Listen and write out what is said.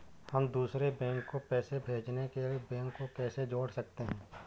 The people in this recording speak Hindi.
हम दूसरे बैंक को पैसे भेजने के लिए बैंक को कैसे जोड़ सकते हैं?